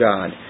God